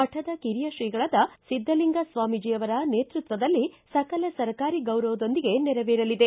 ಮಠದ ಕಿರಿಯ ಶ್ರೀಗಳಾದ ಸಿದ್ದಲಿಂಗ ಸ್ವಾಮೀಜಿ ನೇತೃತ್ವದಲ್ಲಿ ಸಕಲ ಸರ್ಕಾರಿ ಗೌರವದೊಂದಿಗೆ ನೆರವೇರಲಿದೆ